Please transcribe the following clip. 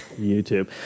YouTube